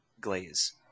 glaze